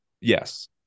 Yes